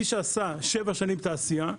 מי שעשה שבע שנים תעשייה,